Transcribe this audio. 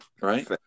right